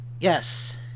Yes